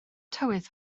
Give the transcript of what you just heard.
tywydd